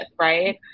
right